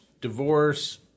divorce